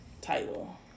title